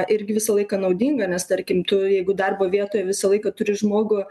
irgi visą laiką naudinga nes tarkim tu jeigu darbo vietoj visą laiką turi žmogų